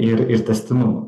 ir ir tęstinumo